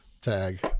Tag